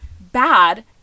bad